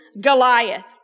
Goliath